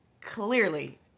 clearly